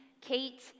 Kate